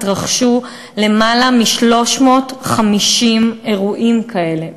התרחשו למעלה מ-350 אירועים כאלה,